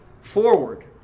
forward